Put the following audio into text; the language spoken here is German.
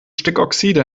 stickoxide